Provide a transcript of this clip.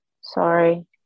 Sorry